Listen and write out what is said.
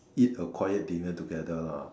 eat a quiet dinner together lah